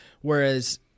whereas